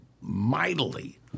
mightily